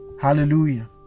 Hallelujah